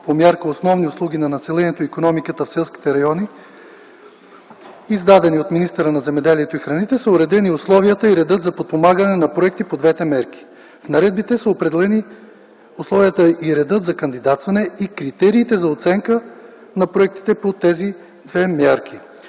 по Мярка „Основни услуги за населението и икономиката в селските райони”, издадени от министъра на земеделието и храните, са уредени условията и редът за подпомагане на проекти по двете мерки. В наредбите са определени условията и редът за кандидатстване и критериите за оценка на проектите по тези мерки.